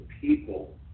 people